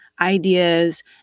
ideas